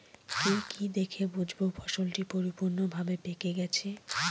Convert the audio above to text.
কি কি দেখে বুঝব ফসলটি পরিপূর্ণভাবে পেকে গেছে?